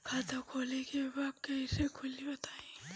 खाता खोले के बा कईसे खुली बताई?